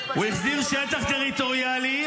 כיוון שיאיר לפיד החזיר שטח טריטוריאלי,